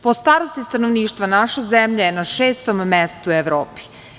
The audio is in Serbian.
Po starosti stanovništva naša zemlja je na šestom mestu u Evropi.